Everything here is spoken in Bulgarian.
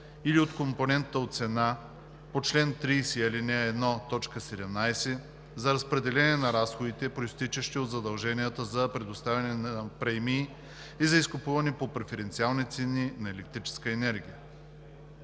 или от компонентата от цена по чл. 30, ал. 1, т. 17 за разпределяне на разходите, произтичащи от задълженията за предоставяне на премии и за изкупуване по преференциални цени на електрическа енергия: